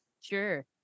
Sure